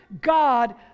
God